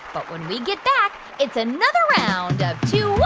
but when we get back, it's another round of two